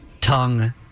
tongue